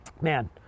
Man